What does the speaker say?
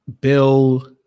Bill